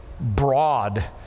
broad